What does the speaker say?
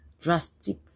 drastic